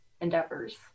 endeavors